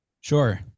sure